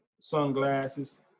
sunglasses